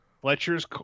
Fletcher's –